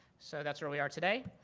so, that's where we are today,